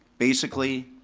basically,